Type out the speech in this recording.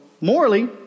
morally